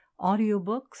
audiobooks